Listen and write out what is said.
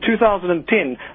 2010